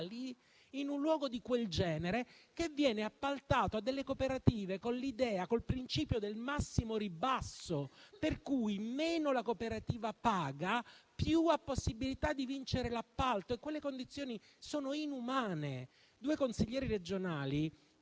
in un luogo di quel genere, che viene appaltato a delle cooperative con il principio del massimo ribasso, per cui meno la cooperativa paga e più ha possibilità di vincere l'appalto. Quelle condizioni sono inumane. Due consiglieri regionali,